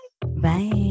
Bye